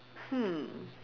hmm